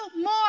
more